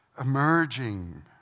emerging